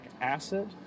acid